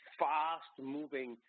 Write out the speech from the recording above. fast-moving